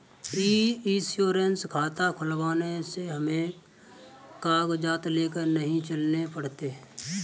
ई insurance खाता खुलवाने से हमें कागजात लेकर नहीं चलने पड़ते